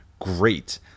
great